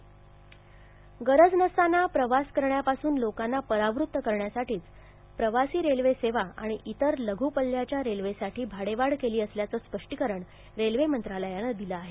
railway भाडेवाढ गरज नसताना प्रवास करण्यापासून लोकांना परावृत करण्यासाठीच प्रवासी रेल्वे सेवा आणि इतर लघु पल्ल्याच्या रेल्वेसाठी भाडेवाढ केली असल्याचं स्पष्टीकरण रेल्वे मंत्रालयानं दिलं आहे